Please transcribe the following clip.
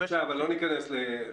לא ניכנס לזה.